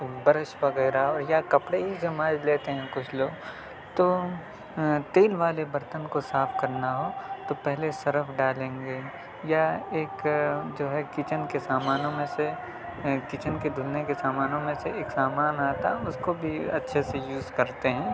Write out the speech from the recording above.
brush وغیرہ یا کپڑے ہی سے مانجھ لیتے ہیں کچھ لوگ تو تیل والے برتن کو صاف کرنا ہو تو پہلے سرف ڈالیں گے یا ایک جو ہے کچن کے سامانوں میں سے کچن کے دھلنے کے سامانوں میں سے ایک سامان آتا ہے اس کو بھی اچھے سے یوز کرتے ہیں